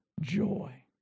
joy